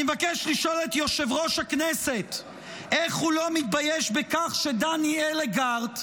אני מבקש לשאול את יושב-ראש הכנסת איך הוא לא מתבייש בכך שדני אלגרט,